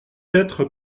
être